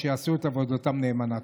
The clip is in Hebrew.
שיעשו את עבודתם נאמנה.